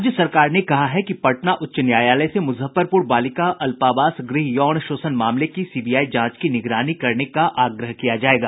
राज्य सरकार ने कहा है कि पटना उच्च न्यायालय से मुजफ्फरपुर बालिका अल्पावास गृह यौन शोषण मामले की सीबीआई जांच की निगरानी करने का आग्रह किया जायेगा